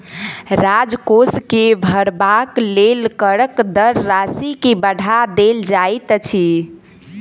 राजकोष के भरबाक लेल करक दर राशि के बढ़ा देल जाइत छै